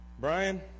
Brian